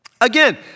Again